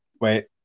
wait